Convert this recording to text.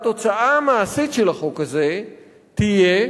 התוצאה המעשית של החוק הזה תהיה,